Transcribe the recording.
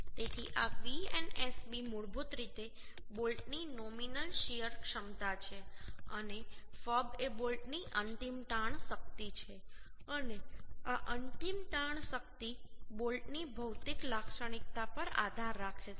તેથી આ Vnsb મૂળભૂત રીતે બોલ્ટની નોમિનલ શીયર ક્ષમતા છે અને fub એ બોલ્ટની અંતિમ તાણ શક્તિ છે અને આ અંતિમ તાણ શક્તિ બોલ્ટની ભૌતિક લાક્ષણિકતા પર આધારિત છે